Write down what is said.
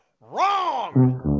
wrong